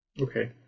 Okay